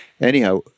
Anyhow